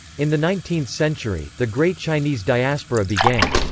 in the nineteenth century, the great chinese diaspora began.